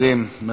מדהים.